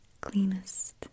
cleanest